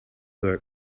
were